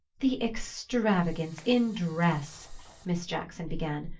the extravagance in dress miss jackson began.